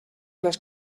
las